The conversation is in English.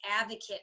advocate